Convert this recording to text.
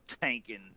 tanking